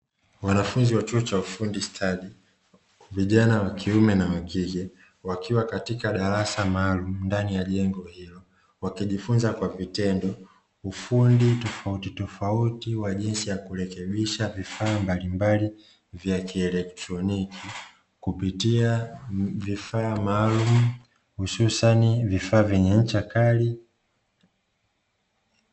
Wanafunzi wa chuo cha ufundi stadi, vijana wa kiume na wa kike, wakiwa katika darasa maalumu ndani ya jengo hilo, wakijifunza kwa vitendo ufundi tofautitofauti wa jinsiya kurekebisha vifaa mbalimbali vya kieletroniki, kupitia vifaa maalumu hususani vifaa vyenye ncha kali.